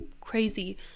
crazy